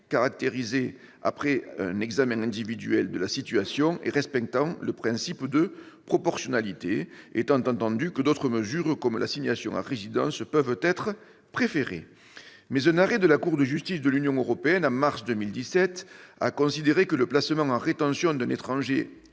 caractérisé après un examen individuel de la situation et respectant le principe de proportionnalité, étant entendu que d'autres mesures, comme l'assignation à résidence, peuvent être préférées. Mais un arrêt de la Cour de justice de l'Union européenne de mars 2017 a considéré que le placement en rétention d'un étranger « dubliné